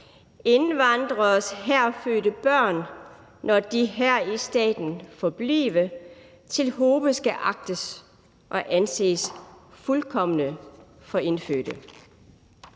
indvandreres »herfødte børn, når de her i staten forblive, til hobe skal agtes og anses fuldkomne for indfødte«.